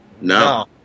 No